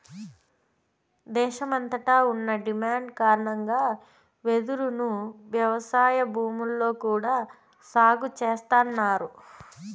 దేశమంతట ఉన్న డిమాండ్ కారణంగా వెదురును వ్యవసాయ భూముల్లో కూడా సాగు చేస్తన్నారు